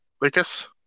Lucas